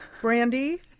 brandy